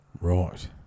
Right